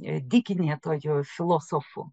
dykinėtoju filosofu